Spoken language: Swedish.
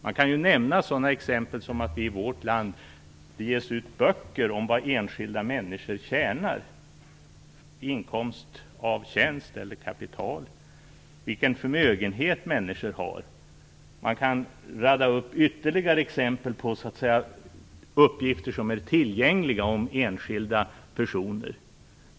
Man kan nämna ett sådant exempel som att det i vårt land ges ut böcker om vad enskilda människor tjänar - inkomst av tjänst eller kapital - och om vilken förmögenhet människor har. Man kan rada upp ytterligare exempel på uppgifter som är tillgängliga om enskilda personer.